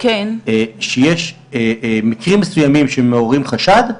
כשיש מקרים מסוימים שמעוררים חשד,